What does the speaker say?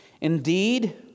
Indeed